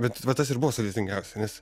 bet va tas ir buvo sudėtingiausia nes